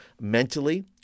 mentally